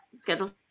schedule